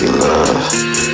love